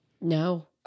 No